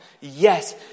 yes